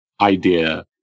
idea